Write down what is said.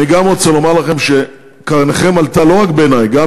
אני גם רוצה לומר לכם שקרנכם עלתה לא רק בעיני,